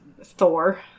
Thor